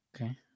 Okay